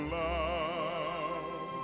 love